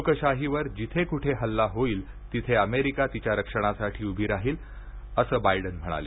लोकशाहीवर जिथं कुठे हल्ला होईल तिथं अमेरिका तिच्या रक्षणासाठी उभी राहील असं बायडन म्हणाले